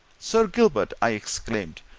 sir gilbert! i exclaimed.